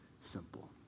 simple